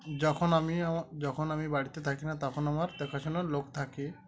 যখন আমি যখন আমি বাড়িতে থাকি না তখন আমার দেখাশোনো লোক থাকে